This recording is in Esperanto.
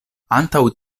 ankaŭ